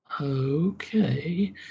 Okay